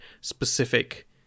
specific